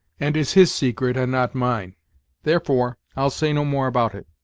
and is his secret and not mine therefore i'll say no more about it.